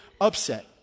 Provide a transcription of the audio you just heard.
upset